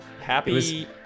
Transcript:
happy